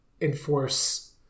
enforce